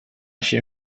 się